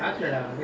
uh